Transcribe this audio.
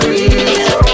real